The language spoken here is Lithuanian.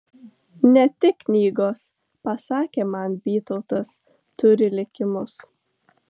ne tik knygos pasakė man bytautas turi likimus